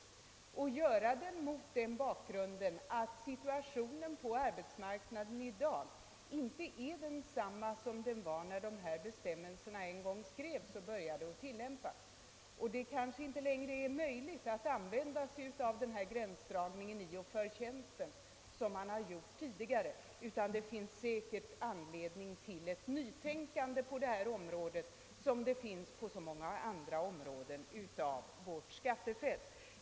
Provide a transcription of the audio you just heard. Man bör göra detta mot bakgrunden att situationen på arbetsmarknaden i dag inte är densamma som den var när dessa bestämmelser en gång skrevs och började tillämpas. Det kanske inte längre är möjligt att använda sig av den här gränsdragningen »i och för tjänsten» som man gjort tidigare, utan det finns säkert anledning till ett nytänkande på detta område liksom det finns på så många andra områden av vårt skattefält.